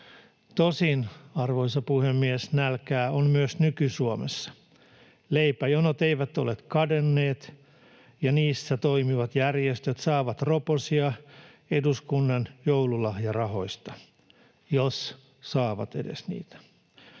Tosin, arvoisa puhemies, nälkää on myös nyky-Suomessa. Leipäjonot eivät ole kadonneet, ja niissä toimivat järjestöt saavat roposia eduskunnan joululahjarahoista — jos edes saavat niitä.